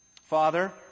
Father